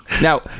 Now